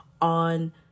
on